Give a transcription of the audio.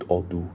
or do